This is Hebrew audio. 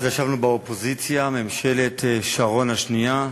ישבנו אז באופוזיציה, ממשלת שרון השנייה,